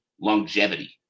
longevity